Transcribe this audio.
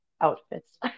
outfits